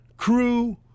crew